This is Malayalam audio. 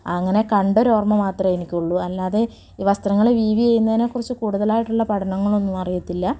അങ്ങനെ കണ്ടൊരു ഓർമ്മ മാത്രമേ എനിക്ക് ഉള്ളൂ അല്ലാതെ വസ്ത്രങ്ങൾ വിവി ചെയ്യുന്നതിനെ കുറിച്ച് കൂടുതലായിട്ടുള്ള പഠനങ്ങളൊന്നും അറിയത്തില്ല